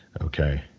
Okay